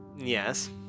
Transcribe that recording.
Yes